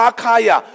Akaya